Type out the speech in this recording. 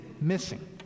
missing